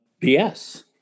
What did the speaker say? BS